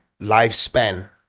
lifespan